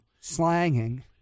Slanging